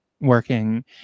working